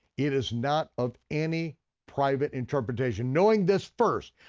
it is not of any private interpretation. knowing this first,